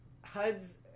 Hud's